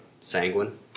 Sanguine